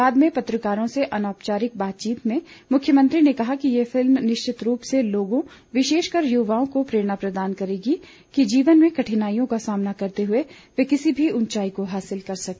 बाद में पत्रकारों से अनौपचारिक बातचीत में मुख्यमंत्री ने कहा कि यह फिल्म निश्चित रूप से लोगों विशेषकर युवाओं को प्रेरणा प्रदान करेगी कि जीवन में कठिनाईयों का सामना करते हुए वे किसी भी उंचाई को हासिल कर सकते हैं